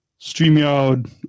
StreamYard